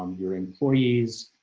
um your employees,